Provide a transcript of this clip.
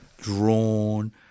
drawn